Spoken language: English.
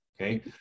Okay